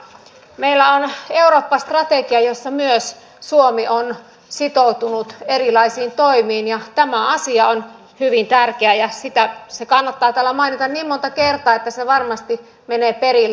meillä on eurooppa strategia jossa myös suomi on sitoutunut erilaisiin toimiin ja tämä asia on hyvin tärkeä ja se kannattaa täällä mainita niin monta kertaa että varmasti menee perille